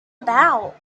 about